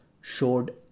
showed